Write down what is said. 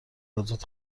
ازاد